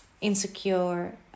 insecure